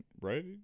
right